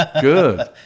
Good